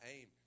aim